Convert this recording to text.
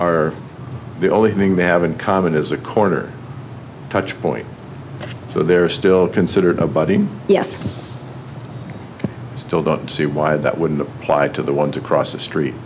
are the only thing they have in common is a quarter touch point so they're still considered a body yes still don't see why that wouldn't apply to the ones across the street